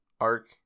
arc